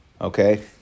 Okay